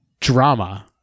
drama